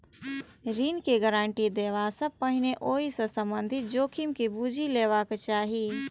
ऋण के गारंटी देबा सं पहिने ओइ सं संबंधित जोखिम के बूझि लेबाक चाही